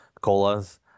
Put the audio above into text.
colas